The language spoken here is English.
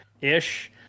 ish